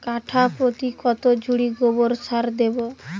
কাঠাপ্রতি কত ঝুড়ি গোবর সার দেবো?